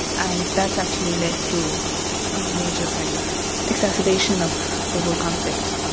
and that's actually led to a major kind of exacerbation of the whole conflict.